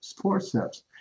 forceps